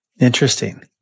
Interesting